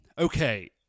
okay